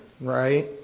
right